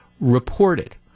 reported